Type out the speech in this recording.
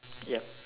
yup